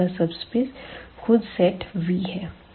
दूसरा सबस्पेस खुद सेट Vहै